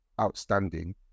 Outstanding